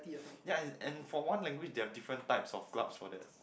ya and and for one language they have different types of club for that